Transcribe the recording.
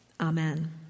Amen